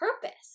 purpose